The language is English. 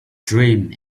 dream